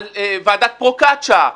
על ועדת פרוקצ'יה,